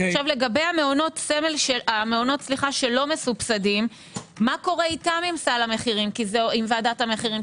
לגבי המעונות שלא מסובסדים - מה קורה איתם עם ועידת המחירים?